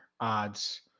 odds